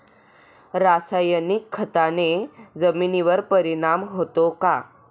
रासायनिक खताने जमिनीवर परिणाम होतो का?